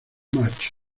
match